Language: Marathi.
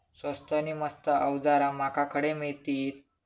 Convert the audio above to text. स्वस्त नी मस्त अवजारा माका खडे मिळतीत?